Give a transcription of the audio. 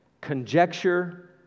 Conjecture